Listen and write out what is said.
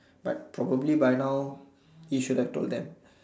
but probably by now she should have told them